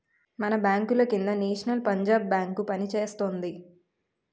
మన బాంకుల కింద నేషనల్ పంజాబ్ బేంకు పనిచేస్తోంది